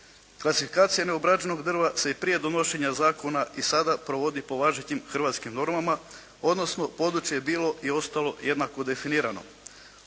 Klasifikacija neobrađenog drva se i prije donošenja zakona i sada provodi po važećim hrvatskim normama, odnosno područje je bilo i ostalo jednako definirano.